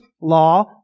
law